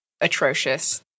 atrocious